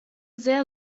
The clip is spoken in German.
sehr